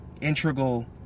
integral